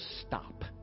stop